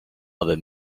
aby